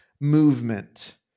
movement